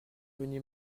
venus